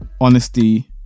honesty